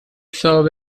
serve